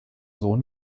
sohn